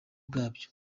bwabyo